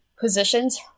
positions